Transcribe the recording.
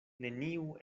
neniu